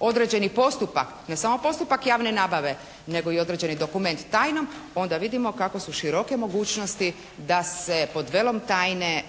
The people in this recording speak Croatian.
određeni postupak, ne samo postupak javne nabave, nego i određeni dokument tajnom, onda vidimo kako su široke mogućnosti da se pod velom tajne